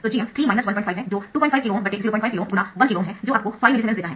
तो Gm 3 15 है जो 25KΩ 05KΩ ×1KΩ है जो आपको 5 मिलीसीमेंस देता है